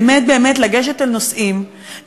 באמת באמת לגשת לנושאים,